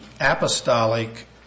Apostolic